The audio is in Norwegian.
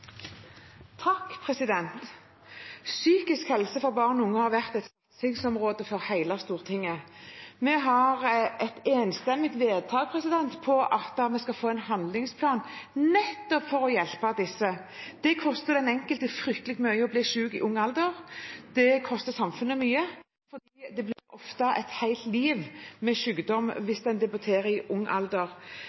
Psykisk helse for barn og unge har vært et satsingsområde for hele Stortinget. Vi har et enstemmig vedtak på at vi skal få en handlingsplan for å hjelpe nettopp disse. Det koster den enkelte fryktelig mye å bli syk i ung alder. Det koster samfunnet mye. Det blir ofte et helt liv med sykdom hvis den debuterer i ung alder.